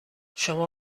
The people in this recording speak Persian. شما